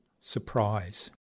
surprise